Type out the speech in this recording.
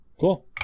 Cool